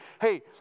hey